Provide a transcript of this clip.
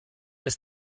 ist